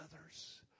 Others